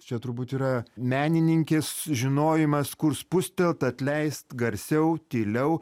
čia turbūt yra menininkės žinojimas kur spustelt atleist garsiau tyliau